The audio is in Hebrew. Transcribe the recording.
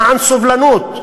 למען סובלנות.